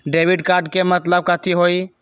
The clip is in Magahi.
डेबिट कार्ड के मतलब कथी होई?